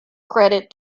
credit